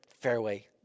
fairway